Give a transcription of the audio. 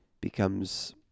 becomes